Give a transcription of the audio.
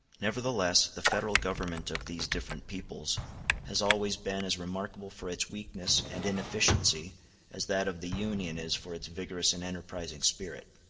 nevertheless the federal government of these different peoples has always been as remarkable for its weakness and inefficiency as that of the union is for its vigorous and enterprising spirit.